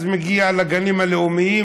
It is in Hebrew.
אז הוא מגיע לגנים הלאומיים,